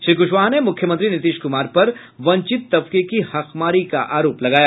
श्री क्शवाहा ने मुख्यमंत्री नीतीश कुमार पर वंचित तबके की हकमारी का आरोप लगाया